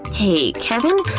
hey, kevin?